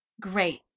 Great